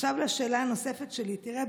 עכשיו לשאלה הנוספת שלי: תראה,